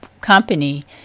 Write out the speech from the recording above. company